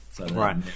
Right